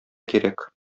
кирәк